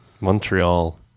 Montreal